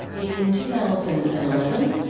in two thousand and eleven,